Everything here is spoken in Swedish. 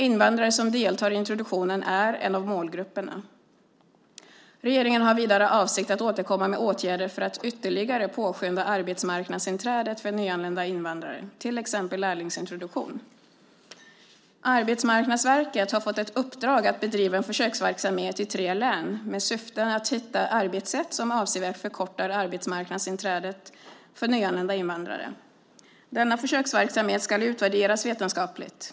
Invandrare som deltar i introduktionen är en av målgrupperna. Regeringen har vidare för avsikt att återkomma med åtgärder för att ytterligare påskynda arbetsmarknadsinträdet för nyanlända invandrare, till exempel lärlingsintroduktion. Arbetsmarknadsverket har fått ett uppdrag att bedriva en försöksverksamhet i tre län med syftet att hitta arbetssätt som avsevärt förkortar arbetsmarknadsinträdet för nyanlända invandrare. Denna försöksverksamhet ska utvärderas vetenskapligt.